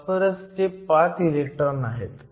फॉस्फरसचे 5 इलेक्ट्रॉन आहेत